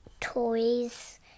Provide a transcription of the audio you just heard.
toys